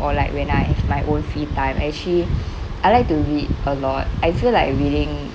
or like when I have my own free time actually I like to read a lot I feel like reading